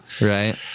right